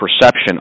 perception